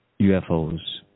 UFOs